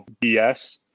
BS